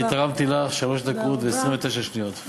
אני תרמתי לך שלוש דקות ו-29 שניות.